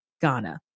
Ghana